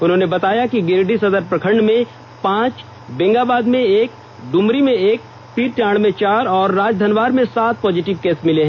उन्होंने बताया कि गिरिडीह सदर प्रखंड में पांच बेंगाबाद में एक डुमरी में एक र्पीरटांड में चार और राजधनवार में सात पॉजिटिव केस मिले हैं